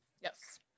Yes